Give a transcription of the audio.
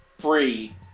free